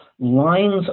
lines